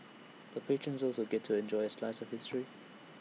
the patrons also get to enjoy A slice of history